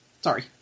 Sorry